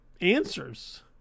answers